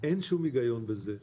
אין שום היגיון בזה.